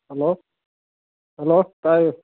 hello hello ꯇꯥꯏꯌꯦ